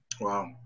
Wow